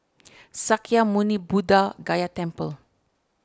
Sakya Muni Buddha Gaya Temple